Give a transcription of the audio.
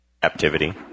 Captivity